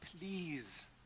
Please